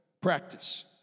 practice